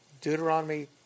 Deuteronomy